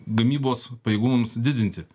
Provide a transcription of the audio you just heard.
gamybos pajėgumams didinti